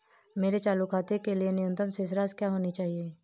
मेरे चालू खाते के लिए न्यूनतम शेष राशि क्या होनी चाहिए?